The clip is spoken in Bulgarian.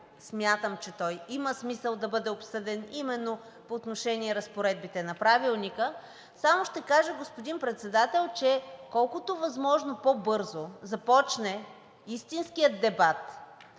смятам, че той има смисъл да бъде обсъден именно по отношение разпоредбите на Правилника. Само ще кажа, господин Председател, че колкото възможно по-бързо започне истинският дебат